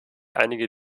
einige